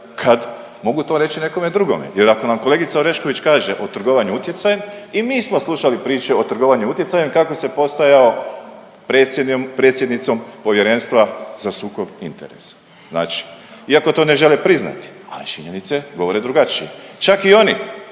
kad mogu to reći nekome drugome jer ako nam kolegica Orešković kaže o trgovanju utjecajem i mi smo slušali priče o trgovanju utjecajem kako se postajo predsjednicom Povjerenstva za sukob interesa znači iako to ne želi priznati ali činjenice govore drugačije. Čak i oni